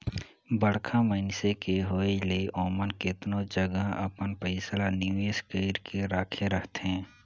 बड़खा मइनसे के होए ले ओमन केतनो जगहा अपन पइसा ल निवेस कइर के राखे रहथें